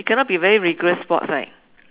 it cannot be very rigorous sports right